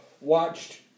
watched